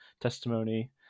testimony